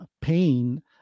pain